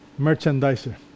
merchandiser